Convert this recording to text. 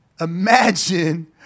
imagine